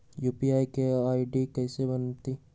UPI के ID कैसे बनतई?